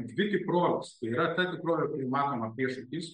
dvi tikrovės tai yra ta tikrovė kuri matoma prieš akis